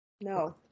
No